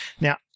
Now